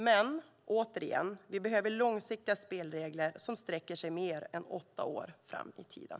Men återigen: Vi behöver långsiktiga spelregler som sträcker sig mer än åtta år fram i tiden.